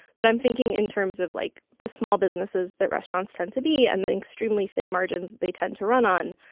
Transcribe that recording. but i'm thinking in terms of like the small businesses that restaurants tend to be and the extremely thin margins they tend to run on.